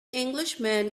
englishman